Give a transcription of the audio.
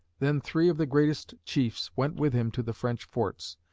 then three of the greatest chiefs went with him to the french forts.